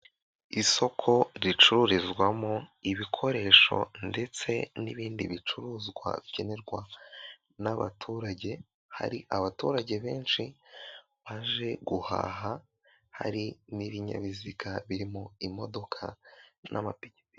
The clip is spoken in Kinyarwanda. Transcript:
Isoko ricururizwamo ibikoresho ndetse n'ibindi bicuruzwa bikenerwa n'abaturage, hari abaturage benshi baje guhaha, hari n'ibinyabiziga birimo imodoka n'amapikipiki.